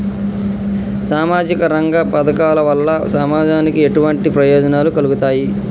సామాజిక రంగ పథకాల వల్ల సమాజానికి ఎటువంటి ప్రయోజనాలు కలుగుతాయి?